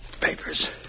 Papers